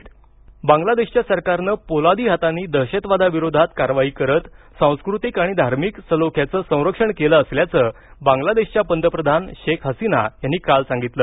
बांगलादेश दहशतवाद बांगलादेशच्या सरकारनं पोलादी हातांनी दहशतवादाविरोधात कारवाई करत सांस्कृतिक आणि धार्मिक सलोख्याचं संरक्षण केलं असल्याचं पंतप्रधान बांगलादेश पंतप्रधान शेख हसीना यांनी काल सांगितलं